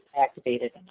activated